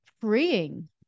freeing